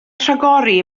rhagori